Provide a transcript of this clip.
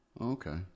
Okay